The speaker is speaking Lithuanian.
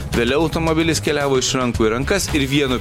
vėliau automobilis keliavo iš rankų į rankas ir vienu